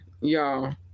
y'all